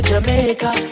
Jamaica